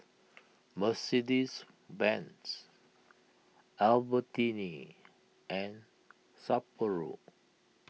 Mercedes Benz Albertini and Sapporo